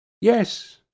yes